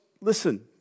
listen